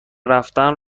رفتن